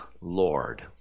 Lord